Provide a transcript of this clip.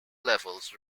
levels